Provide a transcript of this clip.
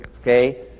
okay